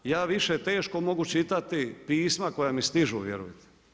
Ja više teško mogu čitati pisma koja mi stižu vjerujte.